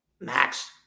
Max